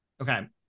Okay